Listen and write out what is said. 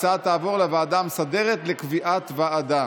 ההצעה תעבור לוועדה המסדרת לקביעת ועדה.